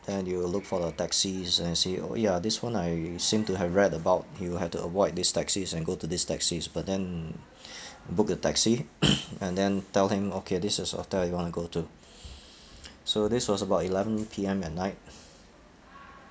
then you will look for the taxis and say oh ya this one I seem to have read about you have to avoid these taxis and go to these taxis but then booked a taxi and then tell him okay this is the hotel we want to go to so this was about eleven P_M at night